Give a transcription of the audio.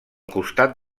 costat